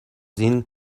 این